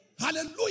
Hallelujah